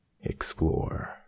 explore